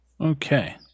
Okay